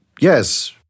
yes